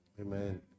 Amen